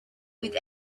with